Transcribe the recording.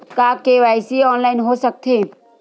का KYC online हो सकथे?